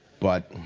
but